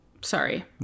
sorry